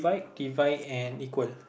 divide and equal